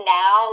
now